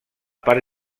part